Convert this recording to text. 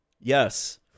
Yes